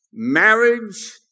Marriage